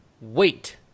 wait